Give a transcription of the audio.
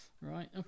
Right